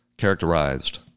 Characterized